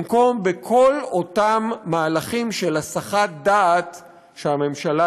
במקום בכל אותם מהלכים של הסחת דעת שהממשלה